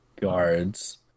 guards